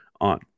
on